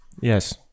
Yes